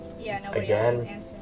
again